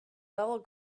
level